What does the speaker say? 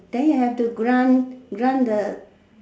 then you have to grind grind the